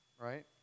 right